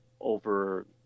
over